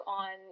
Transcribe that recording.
on